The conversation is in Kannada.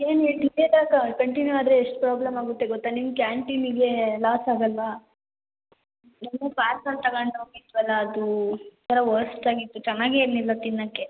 ಏನು ಹೇಳಿ ಕಂಟಿನ್ಯು ಆದರೆ ಎಷ್ಟು ಪ್ರಾಬ್ಲಮ್ ಆಗುತ್ತೆ ಗೊತ್ತಾ ನಿಮ್ಮ ಕ್ಯಾಂಟೀನಿಗೇ ಲಾಸ್ ಆಗೋಲ್ವ ಪಾರ್ಸಲ್ ತಗೊಂಡೋಗಿದ್ವಲ ಅದು ಒಂಥರ ವರ್ಸ್ಟಾಗಿತ್ತು ಚೆನ್ನಾಗೇ ಇರಲಿಲ್ಲ ತಿನ್ನೋಕ್ಕೆ